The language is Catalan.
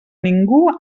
ningú